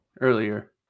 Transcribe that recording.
earlier